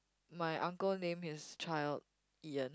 my uncle named his child Ian